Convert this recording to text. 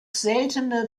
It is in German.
seltene